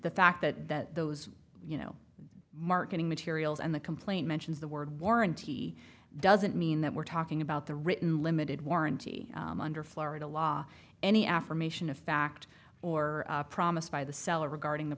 the fact that those you know marketing materials and the complaint mentions the word warranty doesn't mean that we're talking about the written limited warranty under florida law any affirmation of fact or promised by the seller regarding the